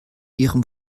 ihrem